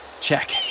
check